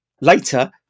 Later